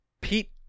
Pete